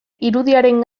irudiaren